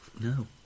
No